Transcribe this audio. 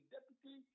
Deputy